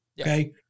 okay